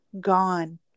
gone